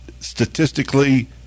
statistically